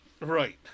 Right